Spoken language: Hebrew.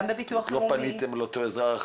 גם בביטוח לאומי --- לא פניתם לאותו אזרח,